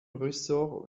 ressort